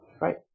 Right